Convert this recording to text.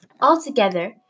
Altogether